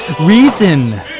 Reason